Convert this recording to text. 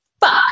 fuck